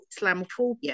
Islamophobia